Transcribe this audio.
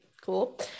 cool